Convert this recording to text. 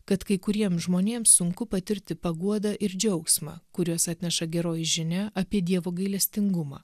kad kai kuriem žmonėm sunku patirti paguodą ir džiaugsmą kuriuos atneša geroji žinia apie dievo gailestingumą